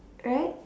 right